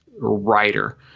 writer